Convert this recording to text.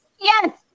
Yes